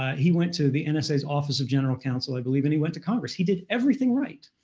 he went to the and nsa's office of general counsel, i believe, and he went to congress. he did everything right,